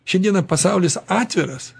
šiandieną pasaulis atviras